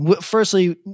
firstly